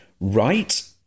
right